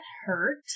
hurt